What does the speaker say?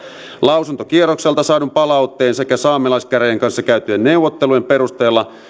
lausuntokierrokselta saadun palautteen sekä saamelaiskäräjien kanssa käytyjen neuvottelujen perusteella